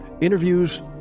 Interviews